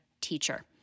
teacher